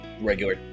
regular